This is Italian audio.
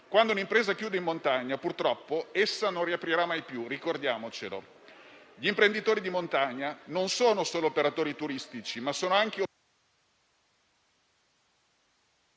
Quando un'impresa chiude in montagna, purtroppo, essa non riaprirà mai più, ricordiamocelo. Gli imprenditori di montagna non sono solo operatori turistici, sono anche